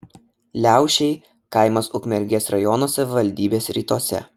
liaušiai kaimas ukmergės rajono savivaldybės rytuose